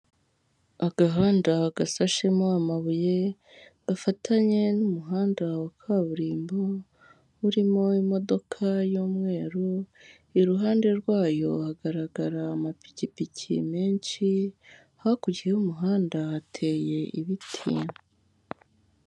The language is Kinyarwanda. Agahanda gasashemo amabuye afatanye n'umuhanda wa kaburimbo urimo imodoka y'umweru iruhande rwayo hagaragara amapikipiki menshi hakurya y'umuhanda hateye ibiti.